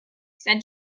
said